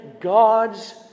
God's